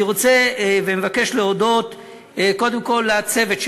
אני מבקש להודות קודם כול לצוות של